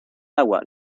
agua